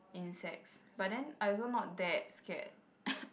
insects but then I also not that scared